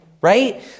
right